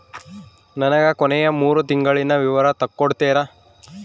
ನನಗ ಕೊನೆಯ ಮೂರು ತಿಂಗಳಿನ ವಿವರ ತಕ್ಕೊಡ್ತೇರಾ?